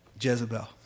Jezebel